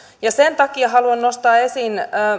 sen takia haluan nostaa esiin